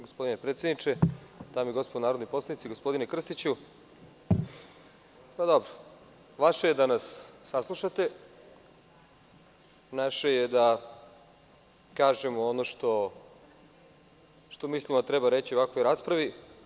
Gospodine predsedniče, dame i gospodo narodni poslanici, gospodine Krstiću, dobro, vaše je da nas saslušate, a naše je da kažemo ono što mislimo da treba reći u ovakvoj raspravi.